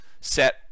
set